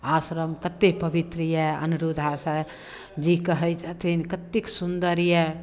आश्रम कतेक पवित्र यए अनिरुद्धाचार्य जी कहै छथिन कतेक सुन्दर यए